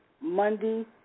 Monday